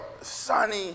sunny